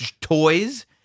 toys